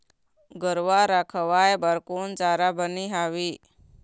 गरवा रा खवाए बर कोन चारा बने हावे?